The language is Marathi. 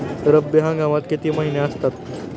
रब्बी हंगामात किती महिने असतात?